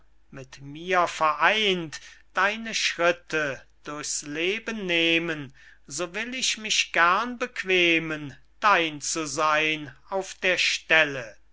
mit mir vereint deine schritte durchs leben nehmen so will ich mich gern bequemen dein zu seyn auf der stelle